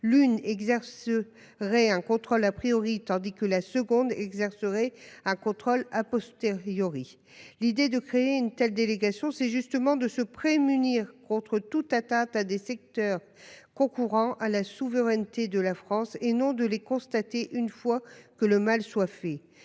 l'une exerce. Un contrôle a priori, tandis que la seconde exercerait un contrôle a posteriori l'idée de créer une telle délégation c'est justement de se prémunir contre toute atteinte à des secteurs. Qu'au courant à la souveraineté de la France et non de les constater une fois que le mal soit fait